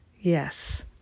Yes